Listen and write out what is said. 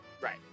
Right